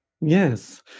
Yes